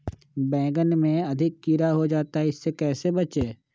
बैंगन में अधिक कीड़ा हो जाता हैं इससे कैसे बचे?